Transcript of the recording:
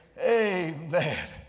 Amen